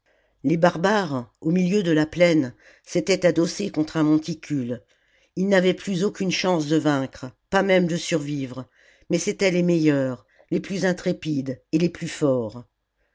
les barbares au milieu de la plaine s'étaient adossés contre un monticule ils n'avaient aucune chance de vaincre pas même de survivre mais c'étaient les meilleurs les plus intrépides et les plus forts